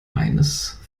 eines